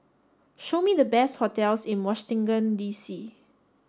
show me the best hotels in Washington D C